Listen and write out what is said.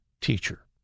teacher